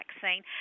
vaccine